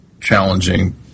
challenging